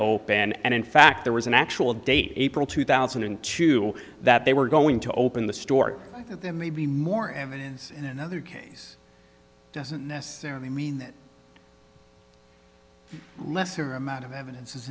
open and in fact there was an actual date april two thousand and two that they were going to open the store that there may be more and there is another case doesn't necessarily mean that lesser amount of evidence is